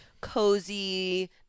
cozy